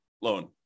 loan